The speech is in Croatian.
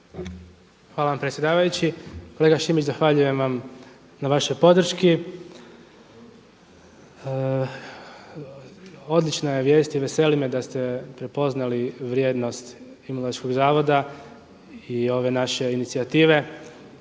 Hvala vam predsjedavajući. Kolega Šimić, zahvaljujem vam na vašoj podrški. Odlična je vijest i veseli me da ste prepoznali vrijednost Imunološkog zavoda i ove naše inicijative.